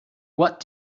what